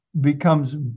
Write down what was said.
becomes